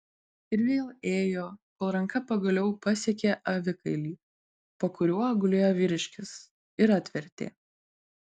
ir vėl ėjo kol ranka pagaliau pasiekė avikailį po kuriuo gulėjo vyriškis ir atvertė